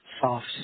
soft